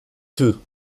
two